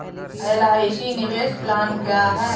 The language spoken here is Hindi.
एल.आई.सी निवेश प्लान क्या है?